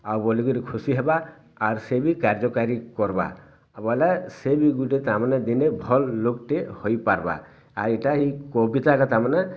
ଆଉ ବୋଲିକରି ଖୁସି ହେବା ଆର୍ ସେ ବି କାର୍ଯ୍ୟକାରୀ କର୍ବା ଆଉ ବୋଲେ ସେ ବି ଗୁଟେ ତାମାନେ ଦିନେ ଭଲ୍ ଲୋକ୍ଟେ ହୋଇପାରବା ଆର୍ ଇଟା ଇ କବିତାଟା ତାମାନେ